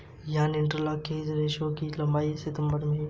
yarn interlock किए गए रेशों की एक लंबी निरंतर लंबाई है